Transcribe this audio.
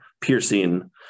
piercing